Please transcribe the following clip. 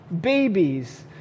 babies